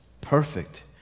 perfect